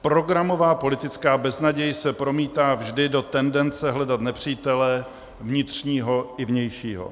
Programová politická beznaděj se promítá vždy do tendence hledat nepřítele vnitřního i vnějšího.